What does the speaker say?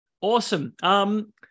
Awesome